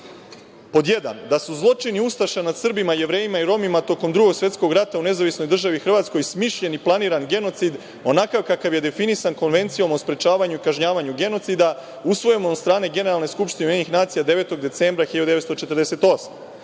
da su zločini ustaša nad Srbima, Jevrejima i Romima tokom Drugog svetskog rata u Nezavisnoj državi Hrvatskoj smišljen i planiran genocid, onakav kakav je definisan Konvencijom o sprečavanju i kažnjavanju genocida, usvojenom od strane Generalne skupštine Ujedinjenih nacija 9. decembra 1948.